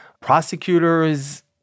Prosecutors